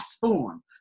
form